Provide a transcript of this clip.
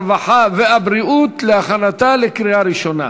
הרווחה והבריאות להכנתה לקריאה ראשונה.